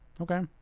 Okay